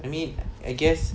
I mean I guess